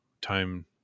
time